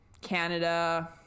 canada